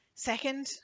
Second